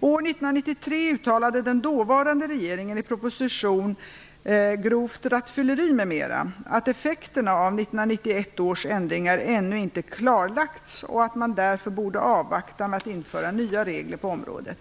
År 1993 uttalade den dåvarande regeringen i proposition 1993/94:44 Grovt rattfylleri m.m. att effekterna av 1991 års ändringar ännu inte klarlagts och att man därför borde avvakta med att införa nya regler på området.